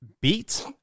beat